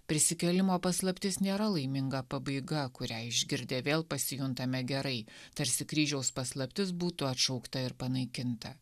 prisikėlimo paslaptis nėra laiminga pabaiga kurią išgirdę vėl pasijuntame gerai tarsi kryžiaus paslaptis būtų atšaukta ir panaikinta